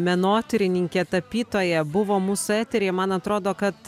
menotyrininkė tapytoja buvo mūsų eteryje man atrodo kad